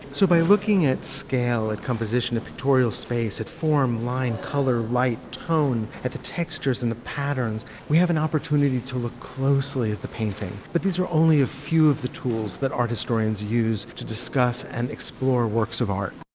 so by looking at scale, at composition, at pictorial space, at form, line, color, light, tone, at the textures and the patterns, we have an opportunity to look closely at the painting. but these are only a few of the tools that art historians use to discuss and explore works of art.